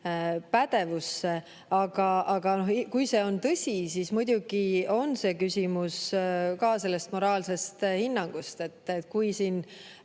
pädevusse. Aga kui see on tõsi, siis muidugi on see küsimus ka moraalsest hinnangust. Kui siin